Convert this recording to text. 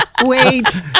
wait